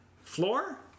Floor